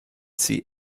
see